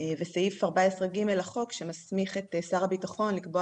ומכוח סעיף 14/ג' לחוק שמסמיך את שר הביטחון לקבוע